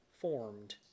formed